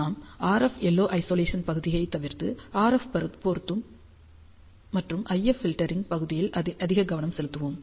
நாம் RF LO isolation பகுதியைத் தவிர்த்து RF பொருத்தம் மற்றும் IF ஃபில்டரிங் பகுதியில் அதிக கவனம் செலுத்துவோம்